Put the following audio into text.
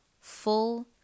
full